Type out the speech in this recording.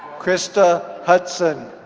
krista hudson